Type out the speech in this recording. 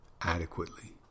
adequately